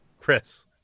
chris